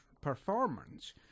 performance